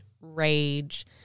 rage